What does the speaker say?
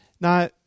Now